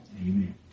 Amen